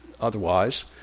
otherwise